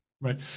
Right